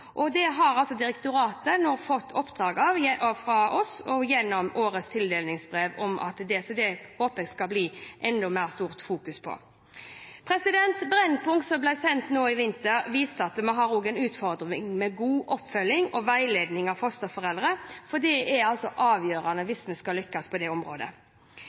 og direktoratet har nå fått flere oppdrag fra oss og gjennom årets tildelingsbrev, så jeg håper det vil bli et enda større fokus på dette. Det NRK Brennpunkt-programmet som ble sendt nå i vinter, viste at vi har en utfordring med god oppfølging og god veiledning av fosterforeldre, for det er avgjørende hvis vi skal lykkes på det området.